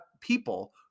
people